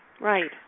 Right